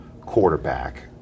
quarterback